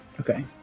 okay